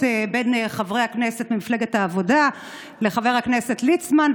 בין חברי הכנסת ממפלגת העבודה לחבר הכנסת ליצמן,